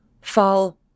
fall